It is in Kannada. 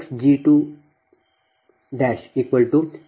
2 kV 100 MVAxg20